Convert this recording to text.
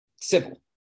civil